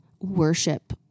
worship